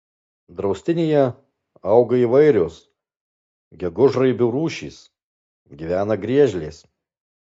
draustinyje auga įvairios gegužraibių rūšys gyvena griežlės